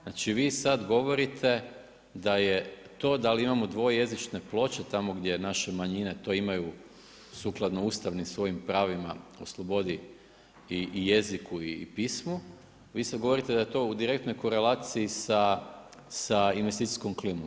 Znači vi sada govorite da je to da li imamo dvojezične ploče tamo gdje naše manjine to imaju sukladno ustavnim svojim pravima o slobodi, o jeziku i pismu, vi sada govorite da je to u direktnoj korelaciji sa investicijskom klimom.